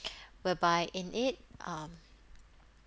whereby in it um